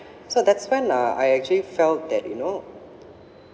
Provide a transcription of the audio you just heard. so that's when uh I actually felt that you know